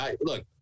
look